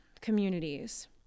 communities